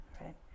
right